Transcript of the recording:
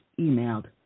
emailed